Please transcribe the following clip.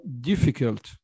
difficult